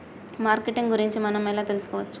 Marketing గురించి మనం ఎలా తెలుసుకోవచ్చు?